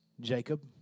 Jacob